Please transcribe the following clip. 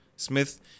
Smith